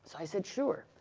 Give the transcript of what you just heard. so i said, sure.